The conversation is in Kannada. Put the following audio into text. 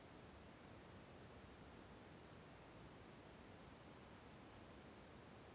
ಸಾಮಾನ್ಯವಾಗಿ ಎಲ್ಲ ಬೆಳೆಗಳಲ್ಲಿ ಬೆಳವಣಿಗೆ ಕುಂಠಿತವಾಗಲು ಪ್ರಮುಖ ಕಾರಣವೇನು?